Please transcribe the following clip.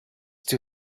too